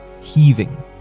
heaving